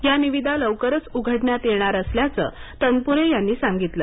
ही निविदा लवकरच उघडण्यात येणार असल्याचे तनपुरे यांनी सांगितलं